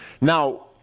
Now